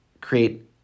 create